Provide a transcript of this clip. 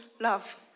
love